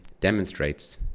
demonstrates